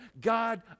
God